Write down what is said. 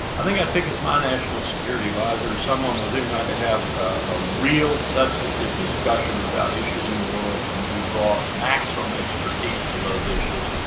i think i'd pick as my national security adviser someone with whom i can have a real substantive discussion about issues in the world and be brought maximum expertise to those issues,